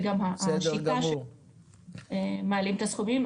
וגם השיטה שמעלים את הסכומים.